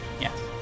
Yes